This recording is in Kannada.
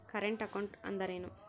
ಕರೆಂಟ್ ಅಕೌಂಟ್ ಅಂದರೇನು?